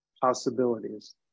possibilities